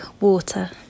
Water